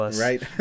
Right